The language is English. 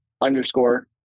underscore